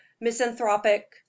misanthropic